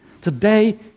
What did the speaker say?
today